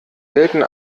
gelten